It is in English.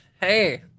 Hey